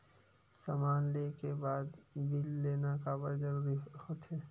समान ले के बाद बिल लेना काबर जरूरी होथे?